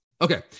okay